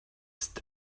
ist